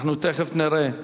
תיכף נראה.